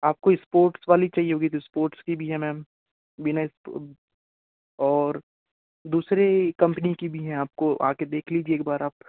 आपको स्पोर्ट्स वाली चाहिए होगी तो स्पोर्ट्स भी है मैंम बिना और दूसरी कम्पनी की भी है आप आके देख लीजिए एक बार आप